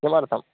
किमर्थम्